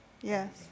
yes